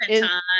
time